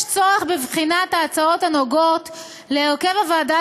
יש צורך בבחינת ההצעות הנוגעות להרכב הוועדה